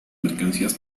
mercancías